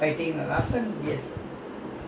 then in the end how you all go back